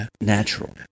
natural